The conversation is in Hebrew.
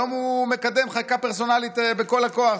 היום הוא מקדם חקיקה פרסונלית בכל הכוח.